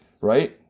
right